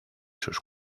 sus